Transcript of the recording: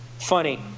Funny